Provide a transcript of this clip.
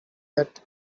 yet